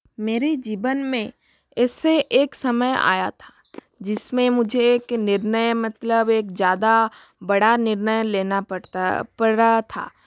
मेरे जीवन में ऐसा एक समय आया था जिस में मुझे एक निर्णय मतलब एक ज़्यादा बड़ा निर्णय लेना पड़ता पड़ रहा था